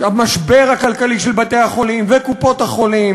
המשבר הכלכלי של בתי-החולים וקופות-החולים